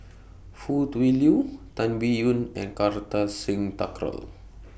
Foo Tui Liew Tan Biyun and Kartar Singh Thakral